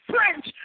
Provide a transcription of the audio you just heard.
French